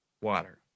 water